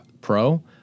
pro